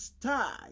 time